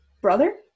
brother